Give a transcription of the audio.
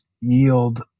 yield